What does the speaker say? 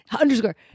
Underscore